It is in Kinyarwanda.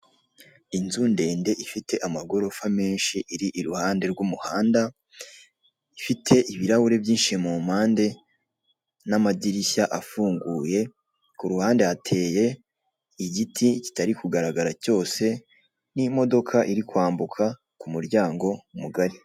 Inzu ndende ifite amagorofa menshi, iri iruhande rw'umuhanda, ifite ibirahure byinshi mu mpande, n'amadirishya afunguye, ku ruhande hateye igiti kitari kugaragara cyose, n'imodoka iri kwambuka ku muryango mugari.